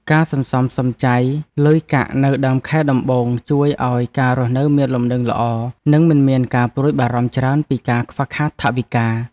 ការសន្សំសំចៃលុយកាក់នៅដើមខែដំបូងជួយឱ្យការរស់នៅមានលំនឹងល្អនិងមិនមានការព្រួយបារម្ភច្រើនពីការខ្វះខាតថវិកា។